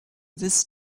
this